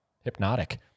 hypnotic